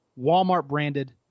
Walmart-branded